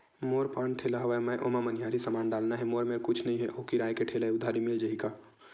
मोर पान ठेला हवय मैं ओमा मनिहारी समान डालना हे मोर मेर कुछ नई हे आऊ किराए के ठेला हे उधारी मिल जहीं का?